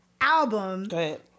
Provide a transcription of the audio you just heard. album